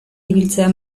ibiltzea